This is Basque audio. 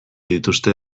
dituzte